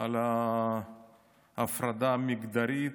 על ההפרדה המגדרית.